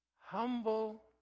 humble